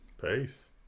Peace